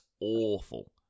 awful